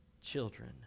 children